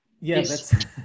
Yes